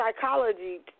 psychology